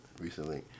recently